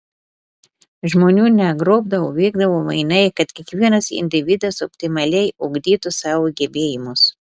žmonių negrobdavo vykdavo mainai kad kiekvienas individas optimaliai ugdytų savo gebėjimus